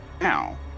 now